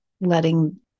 letting